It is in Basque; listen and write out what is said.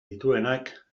dituenak